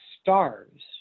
stars